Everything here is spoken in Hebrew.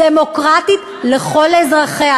דמוקרטית לכל אזרחיה,